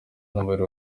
n’umubiri